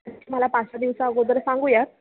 तुम्हाला पाच सहा दिवस अगोदर सांगूया